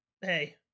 Hey